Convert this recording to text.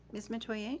miss metoyer.